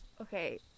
Okay